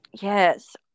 Yes